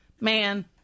man